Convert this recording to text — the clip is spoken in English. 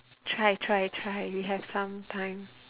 try try try we have some time